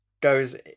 goes